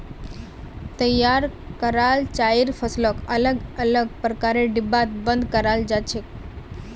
तैयार कराल चाइर फसलक अलग अलग प्रकारेर डिब्बात बंद कराल जा छेक